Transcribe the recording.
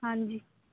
ਹਾਂਜੀ